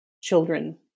children